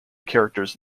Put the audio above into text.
characters